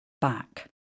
back